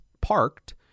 parked